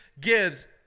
gives